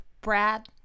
Brad